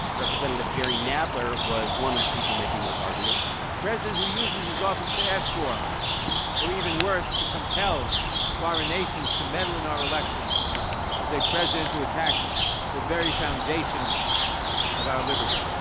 representative jerry nadler was one of the people making those arguments a president who uses his office to ask for or, even worse, to compel foreign nations to meddle in our elections is a president who attacks the very foundation of our liberty.